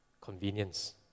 convenience